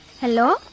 Hello